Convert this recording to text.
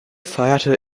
feierte